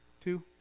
Two